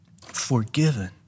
forgiven